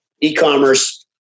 e-commerce